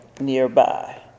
nearby